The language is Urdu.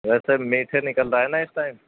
ویسے میٹھے نکل رہا ہے نا اس ٹائم